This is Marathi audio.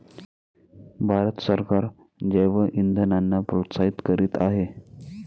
भारत सरकार जैवइंधनांना प्रोत्साहित करीत आहे